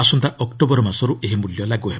ଆସନ୍ତା ଅକ୍ଟୋବର ମାସରୁ ଏହି ମିଲ୍ୟ ଲାଗୁ ହେବ